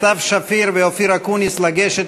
סתיו שפיר ואופיר אקוניס, לגשת